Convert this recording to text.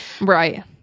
Right